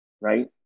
right